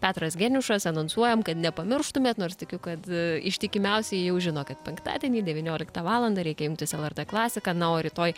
petras geniušas anonsuojam kad nepamirštumėt nors tikiu kad ištikimiausieji jau žino kad penktadienį devynioliktą valandą reikia jungtis lrt klasiką na o rytoj